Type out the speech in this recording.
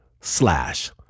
slash